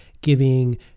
giving